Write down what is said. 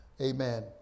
amen